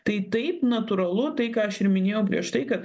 tai taip natūralu tai ką aš ir minėjau prieš tai kad